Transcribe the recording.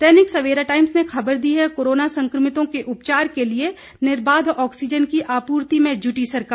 दैनिक Savera Times ने खबर दी है कोरोना संकमितों के उपचार के लिए निर्बाध ऑक्सीजन की आपूर्ति में जूटी सरकार